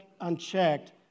unchecked